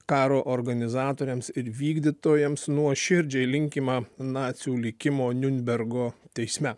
karo organizatoriams ir vykdytojams nuoširdžiai linkima nacių likimo niurnbergo teisme